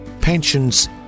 pensions